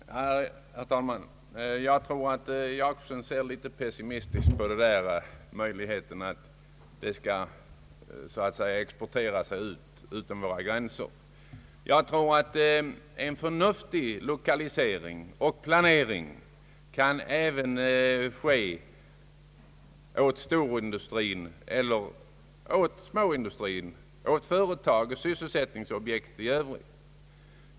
Herr talman! Jag tror att herr Gösta Jacobsson ser litet väl pessimistiskt på riskerna för att industrierna skall behöva flyttas utanför våra gränser. En förnuftig lokalisering och planering kan säkerligen ske när det gäller både storindustrin och småindustrin — dvs. olika slag av företag och sysselsättningsobjekt i Övrigt.